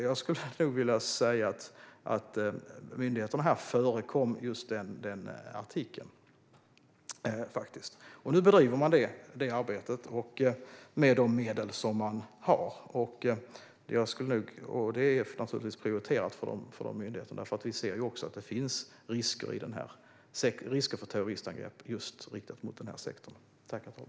Jag skulle nog alltså vilja säga att myndigheterna här förekom just den artikeln - faktiskt. Nu bedriver man det arbetet med de medel man har. Det är naturligtvis prioriterat för myndigheterna, för vi ser ju att det finns risker för terroristangrepp riktat mot just denna sektor.